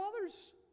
others